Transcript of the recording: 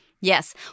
yes